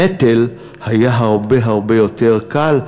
הנטל היה הרבה הרבה יותר קל,